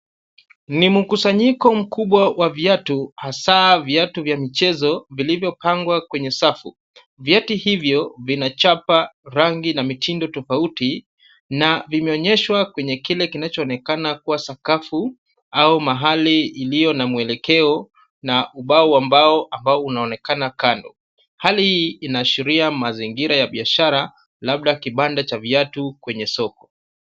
Ni mkusanyiko mkubwa wa viatu hasa viatu vya michezo vilivyopangwa kwenye safu. Viatu hivyo vina chapa, rangi na mtindo tofauti na vimeonyeshwa kwenye kile kinachoonekana kuwa sakafu au mahali iliyo na mwelekeo na ubao ambao unaonekana kando. Hali hii inaashiria mazingira ya biashara labda kibanda cha viatu kwenye soko.